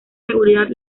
seguridad